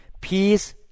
Peace